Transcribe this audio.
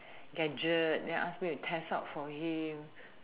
gadget then ask me to test out for you